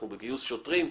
אנחנו בגיוס שוטרים,